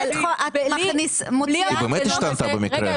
היא באמת השתנתה, במקרה או לא במקרה.